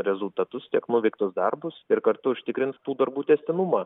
rezultatus tiek nuveiktus darbus ir kartu užtikrins tų darbų tęstinumą